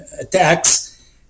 attacks